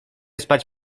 spać